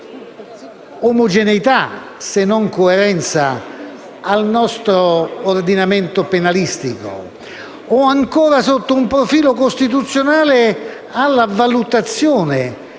omogeneità, se non coerenza, al nostro ordinamento penalistico, o ancora, sotto un profilo costituzionale, alla valutazione